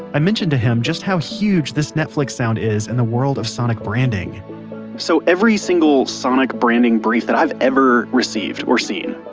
i mentioned to him just how huge this netflix sound is in the world of sonic branding so every single sonic branding brief that i've ever received or seen,